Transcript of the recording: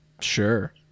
sure